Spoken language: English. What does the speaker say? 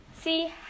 see